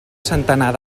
centenar